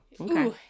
Okay